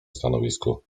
stanowisku